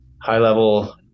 high-level